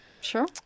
Sure